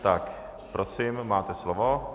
Tak prosím, máte slovo.